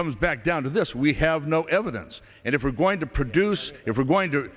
comes back down to this we have no evidence and if we're going to produce it we're going to